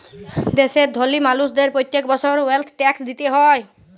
দ্যাশের ধলি মালুসদের প্যত্তেক বসর ওয়েলথ ট্যাক্স দিতে হ্যয়